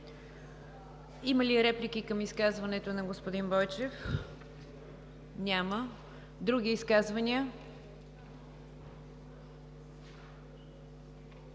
Има ли реплики към изказването на господин Бойчев? Няма. Други изказвания?